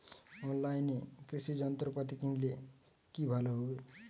অনলাইনে কৃষি যন্ত্রপাতি কিনলে কি ভালো হবে?